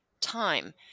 time